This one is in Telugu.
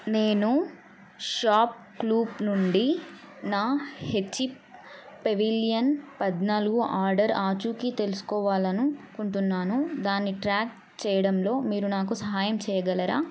నేను షాప్ క్లూప్ నుండి నా హెచ్పీ పెవీలియన్ పద్నాలుగు ఆడర్ ఆచూకీ తెలుసుకోవాలను కుంటున్నాను దాన్ని ట్రాక్ చేయడంలో మీరు నాకు సహాయం చేయగలరా